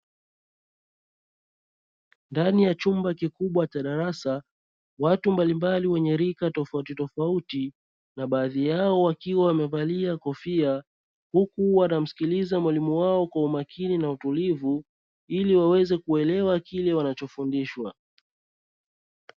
Ndani ya chumba kikubwa cha darasa watu mbalimbali wenye rika tofauti tofauti na baadhi yao wakiwa wamevalia kofia huku wanamsikiliza mwalimu wao kwa umakini na utulivu ili waweze kuelewa kile wanachofundishwa.